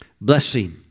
Blessing